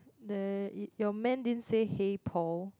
there yo~ your man didn't say hey Paul